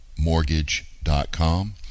mortgage.com